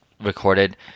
recorded